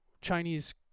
Chinese